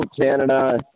Canada